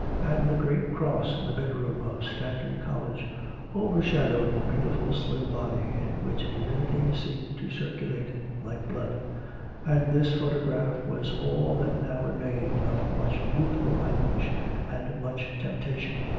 and the great cross in the bedroom of stanton college overshadowed the beautiful slim body in which divinity seemed to circulate like blood and this photograph was all that now remained of much youthful anguish and much temptation.